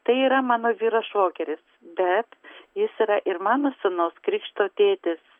tai yra mano vyro švogeris bet jis yra ir mano sūnaus krikšto tėtis